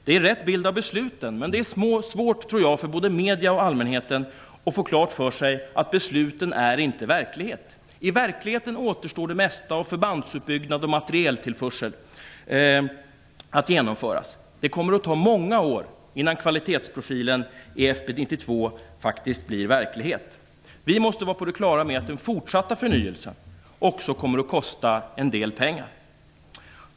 Den ger rätt bild av besluten, men jag tror att det är svårt både för medierna och för allmänheten att få klart för sig att besluten inte är verklighet. I verkligheten återstår det mesta av förbandsutbyggnad och materieltillförsel att genomföra. Det kommer att ta många år innan kvalitetsprofilen i FB 92 faktiskt blir verklighet. Vi måste vara på det klara med att den fortsatta förnyelsen också kommer att kosta en del pengar.